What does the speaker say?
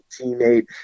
teammate